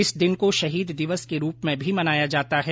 इस दिन को शहीद दिवस के रूप में भी मनाया जाता है